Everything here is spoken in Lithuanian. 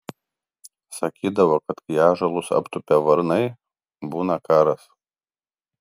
sakydavo kad kai ąžuolus aptupia varnai būna karas